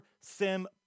Sim